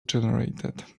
generated